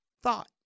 thought